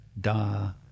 da